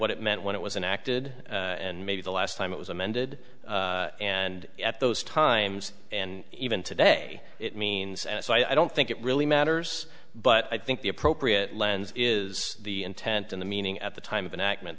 what it meant when it was and acted and maybe the last time it was amended and at those times and even today it means and so i don't think it really matters but i think the appropriate lens is the intent in the meaning at the time of an ac